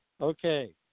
Okay